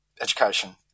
education